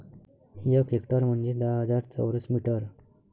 एक हेक्टर म्हंजे दहा हजार चौरस मीटर